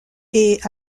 est